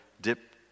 dip